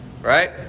Right